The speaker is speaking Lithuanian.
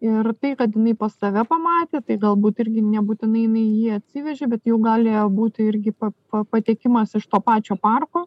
ir tai kad jinai pas save pamatė tai galbūt irgi nebūtinai jinai jį atsivežė bet jau galėjo būti irgi pa pa patekimas iš to pačio parko